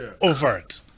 overt